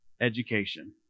education